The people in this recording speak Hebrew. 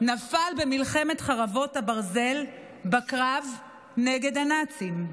נפל במלחמת חרבות הברזל בקרב נגד הנאצים.